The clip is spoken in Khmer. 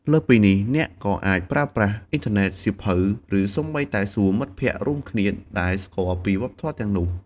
លើសពីនេះ អ្នកក៏អាចប្រើប្រាស់អ៊ីនធឺណិត សៀវភៅ ឬសូម្បីតែសួរមិត្តភក្តិរួមគ្នាដែលស្គាល់ពីវប្បធម៌ទាំងនោះ។